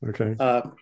Okay